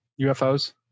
UFOs